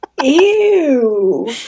ew